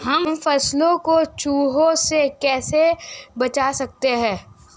हम फसलों को चूहों से कैसे बचा सकते हैं?